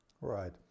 Right